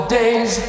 days